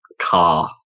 Car